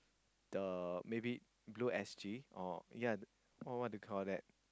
the maybe Blue-S_G or ya what do you call that